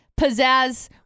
pizzazz